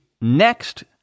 next